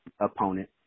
opponent